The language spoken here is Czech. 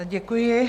Děkuji.